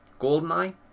Goldeneye